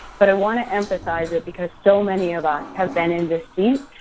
but, i want to emphasize it because so many of us have been in this seat,